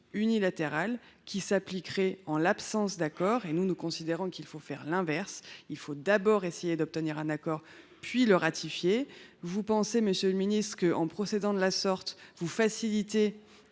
unilatérale, qui s’appliquerait en l’absence d’accord. Nous considérons qu’il faut faire l’inverse : d’abord essayer d’obtenir un accord, puis le ratifier. Vous pensez, monsieur le ministre, qu’en procédant de la sorte vous facilitez